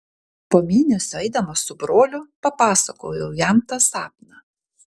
po mėnesio eidamas su broliu papasakojau jam tą sapną